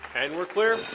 and we're clear